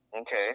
Okay